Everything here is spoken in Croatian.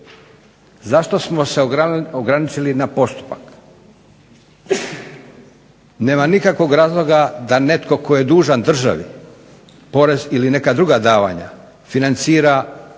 Zašto smo se ograničili na postupak? Nema nikakvog razloga da netko tko je dužan državi porez ili neka druga davanja financira promidžbenu